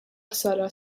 ħsara